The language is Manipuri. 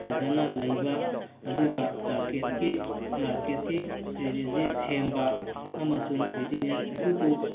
ꯐꯖꯅ ꯂꯩꯕ ꯑꯗꯨꯒ ꯃꯥꯔꯀꯦꯠꯀꯤ ꯃꯥꯔꯀꯦꯠꯀꯤ ꯁ꯭ꯇꯥꯔꯦꯇꯦꯖꯤ ꯁꯦꯝꯕ ꯑꯃꯁꯨꯡ ꯕꯤꯖꯤꯅꯦꯁ ꯑꯗꯨꯕꯨ